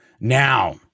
Now